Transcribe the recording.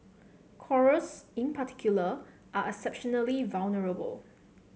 corals in particular are exceptionally vulnerable